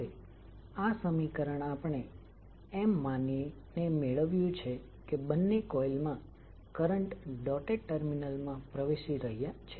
હવે આ સમીકરણ આપણે એમ માનીને મેળવ્યુ છે કે બંને કોઇલ માં કરંટ ડોટેડ ટર્મિનલ માં પ્રવેશી રહ્યા છે